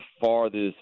farthest